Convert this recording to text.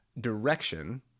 direction